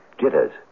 Jitters